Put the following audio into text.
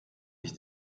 ich